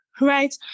right